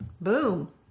boom